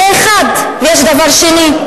זה דבר אחד, ויש דבר שני,